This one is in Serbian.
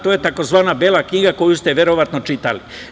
To je tzv. „Bela knjiga“, koju ste verovatno čitali.